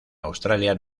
australia